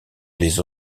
les